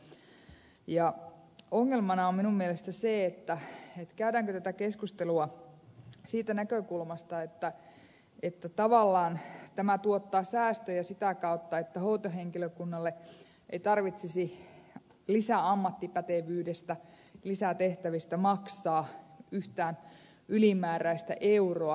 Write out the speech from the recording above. ongelmana minun mielestäni on se käydäänkö tätä keskustelua siitä näkökulmasta että tavallaan tämä tuottaa säästöjä sitä kautta että hoitohenkilökunnalle ei tarvitsisi lisäammattipätevyydestä lisätehtävistä maksaa yhtään ylimääräistä euroa